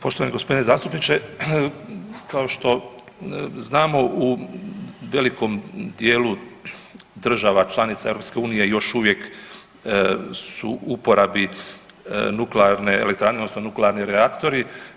Poštovani g. zastupniče, kao što znamo u velikom dijelu država članica EU još uvijek su u uporabi nuklearne elektrane odnosno nuklearni reaktori.